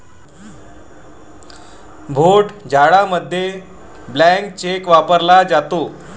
भोट जाडामध्ये blank cheque वापरला जातो